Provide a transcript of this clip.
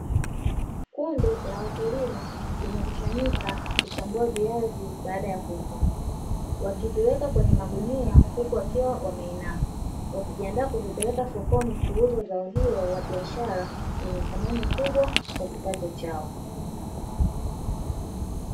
Kundi la wakulima limekusanyika kuchambua viazi baada ya kuvuna, wakiviweka kwenye magunia huku wakiwa wameinama, wakijiandaa kuvipeleka sokoni kuuza zao hilo la biashara lenye thamani kubwa kwa kipato chao.